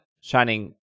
Shining